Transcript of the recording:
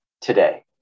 today